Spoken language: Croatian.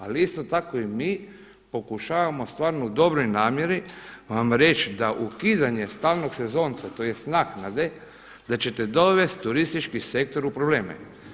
Ali isto tako i mi pokušavamo stvarno u dobroj namjeri vam reći da ukidanje stalnog sezonca tj. naknade da ćete dovesti turistički sektor u probleme.